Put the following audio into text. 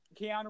Keanu